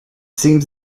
seems